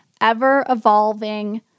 ever-evolving